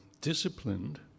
disciplined